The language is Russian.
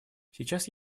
сейчас